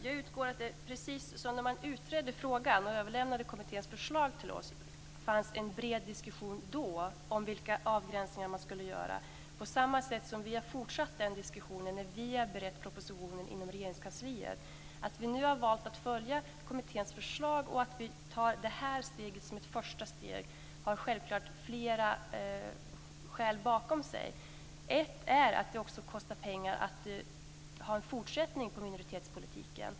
Fru talman! Precis som det när man utredde frågan och överlämnade kommitténs förslag till oss fördes en bred diskussion om vilka avgränsningar man skulle göra har vi på samma sätt fortsatt föra den diskussionen när vi har berett propositionen inom Att vi nu har valt att följa kommitténs förslag och att vi tar detta steg som ett första steg har självfallet flera skäl. Ett är att det kostar pengar att ha en fortsättning på minoritetspolitiken.